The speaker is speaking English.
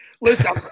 Listen